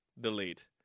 delete